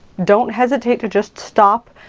don't hesitate to just stop,